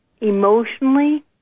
emotionally